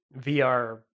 VR